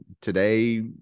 today